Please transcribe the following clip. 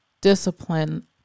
discipline